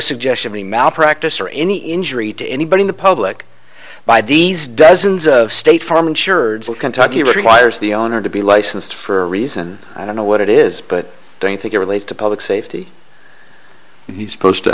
suggestion the malpractise or any injury to anybody in the public by these dozens of state farm insurers all kentucky requires the owner to be licensed for a reason i don't know what it is but i don't think it relates to public safety he's supposed to